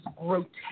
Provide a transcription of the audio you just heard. grotesque